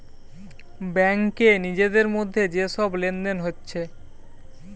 ব্যাংকে নিজেদের মধ্যে যে সব লেনদেন হচ্ছে